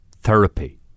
therapy